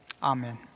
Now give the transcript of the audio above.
Amen